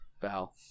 Val